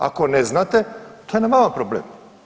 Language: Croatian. Ako ne znate to je na vama problem.